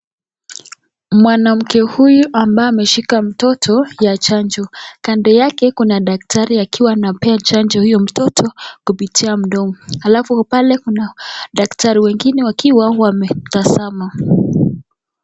Mwanamke huyu ambaye ameshika mtoto ya chanjo kando yake, kuna daktari akiwa anapea chanjo huyo mtoto kupitia mdomo halafu pale kuna daktari wengine wakiwa wametazama.